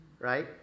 right